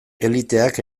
eliteak